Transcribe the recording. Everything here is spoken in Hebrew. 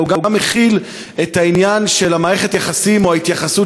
אלא הוא גם מכיל את העניין של מערכת היחסים או ההתייחסות